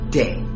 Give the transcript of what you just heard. day